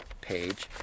page